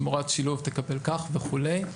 שמורת שילוב תקבל כך וכך,